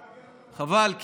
חבל,